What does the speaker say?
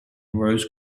rose